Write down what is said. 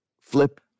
flip